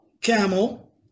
camel